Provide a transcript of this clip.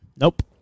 Nope